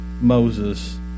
Moses